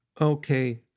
Okay